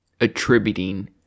attributing